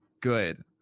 good